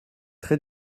très